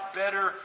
better